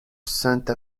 sainte